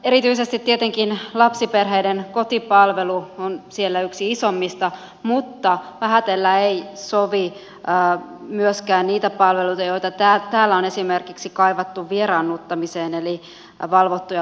erityisesti lapsiperheiden kotipalvelu on siellä tietenkin yksi isoimmista mutta vähätellä ei sovi myöskään niitä palveluita joita täällä on kaivattu esimerkiksi vieraannuttamiseen eli valvottuja vaihtoja ja tapaamisia